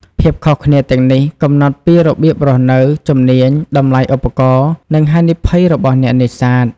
ភាពខុសគ្នាទាំងនេះកំណត់ពីរបៀបរស់នៅ ជំនាញ តម្លៃឧបករណ៍ និងហានិភ័យរបស់អ្នកនេសាទ។